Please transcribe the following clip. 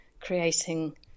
creating